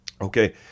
Okay